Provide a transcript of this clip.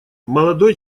молодой